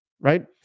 Right